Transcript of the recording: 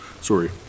sorry